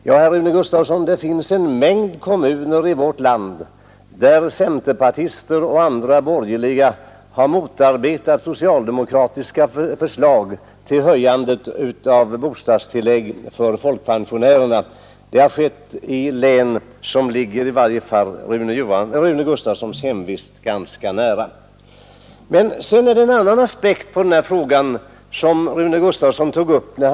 Ja, i en mängd kommuner i vårt land har centerpartister och andra borgerliga representanter motarbetat socilademokratiska förslag till höjande av bostadstillägget för folkpensionärerna — det har skett i län som ligger Rune Gustavssons hemvist ganska nära. Sedan tog Rune Gustavsson upp en annan aspekt på denna fråga.